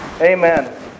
Amen